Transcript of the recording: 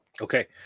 Okay